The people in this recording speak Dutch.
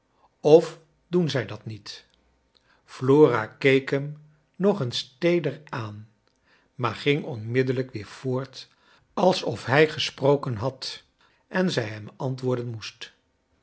of doen zij dat niet flora keek hem nog eens teeder aan maar ging onmiddellijk weer voort als of hij gesproken had en zij hem antwoorden moest